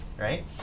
Right